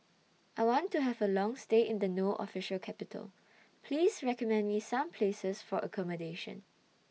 I want to Have A Long stay in The No Official Capital Please recommend Me Some Places For accommodation